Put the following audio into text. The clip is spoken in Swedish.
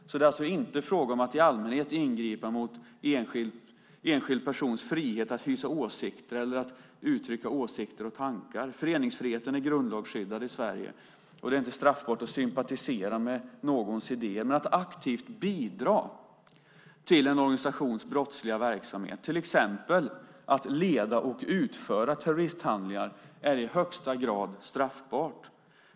Det är alltså inte fråga om att i allmänhet ingripa mot en enskild persons frihet att hysa åsikter eller att uttrycka åsikter och tankar. Föreningsfriheten är grundlagsskyddad i Sverige, och det är inte straffbart att sympatisera med någons idéer. Men att aktivt bidra till en organisations brottsliga verksamhet, till exempel att leda och utföra terroristhandlingar, är i högsta grad straffbart.